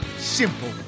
simple